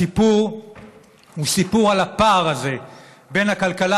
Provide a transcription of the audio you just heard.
הסיפור הוא סיפור על הפער הזה בין הכלכלה